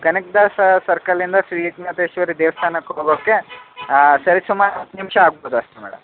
ಕನಕದಾಸ ಸರ್ಕಲಿಂದ ಶ್ರೀ ಏಕನಾಥೇಶ್ವರಿ ದೇವಸ್ಥಾನಕ್ಕೆ ಹೋಗೋಕ್ಕೆ ಹಾಂ ಸರಿಸುಮಾರು ಹತ್ತು ನಿಮಿಷ ಆಗ್ಬೋದು ಅಷ್ಟೆ ಮೇಡಮ್